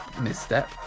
misstep